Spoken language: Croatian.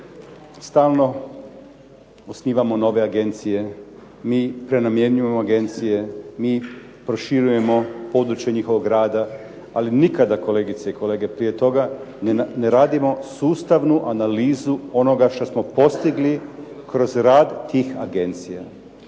stalno osnivamo nove agencije, mi prenamjenjujemo agencije, mi proširujemo područje njihovog rada. Ali nikada kolegice i kolege prije toga ne radimo sustavnu analizu onoga što smo postigli kroz rad tih agencija,